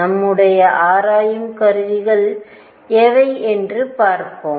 நம்முடைய ஆராயும் கருவிகள் எவை என்று பார்ப்போம்